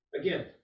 again